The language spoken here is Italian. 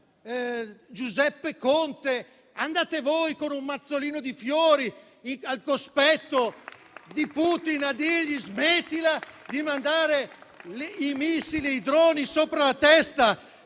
onorevole Conte, andate voi, con un mazzolino di fiori, al cospetto di Putin, a dirgli smettila di mandare missili e droni sopra la testa